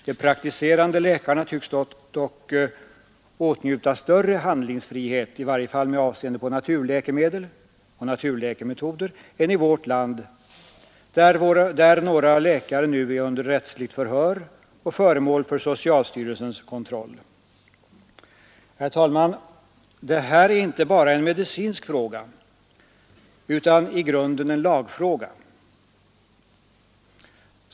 De praktiserande läkarna tycks dock åtnjuta större handlingsfrihet — i varje fall med avseende på naturläkemedel och naturläkemetoder — än i vårt land där några läkare nu är under rättsligt förhör och föremål för socialstyrelsens kontroll. Herr talman! Detta är inte bara en medicinsk fråga utan i grunden en lagfråga.